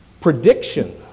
Prediction